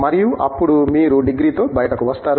మరియు అప్పుడు మీరు డిగ్రీతో బయటకు వస్తారు